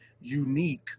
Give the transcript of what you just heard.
unique